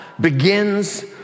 begins